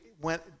went